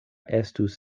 estus